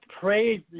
praise